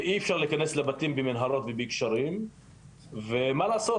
ואי אפשר להיכנס לבתים במנהרות ובגשרים ומה לעשות,